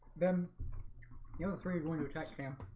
then you know three when when you attack camp